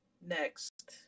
next